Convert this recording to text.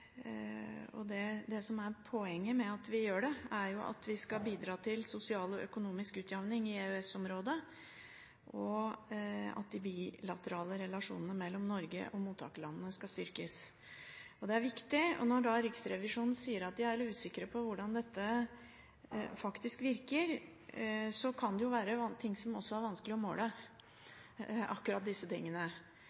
er jo å bidra til sosial og økonomisk utjamning i EØS-området, og bidra til å styrke de bilaterale relasjonene mellom Norge og mottakerlandene. Dette er viktig, og når Riksrevisjonen da sier at de er usikre på hvordan dette faktisk virker, kan det jo være at akkurat disse tingene er vanskelige å måle.